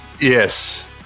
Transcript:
yes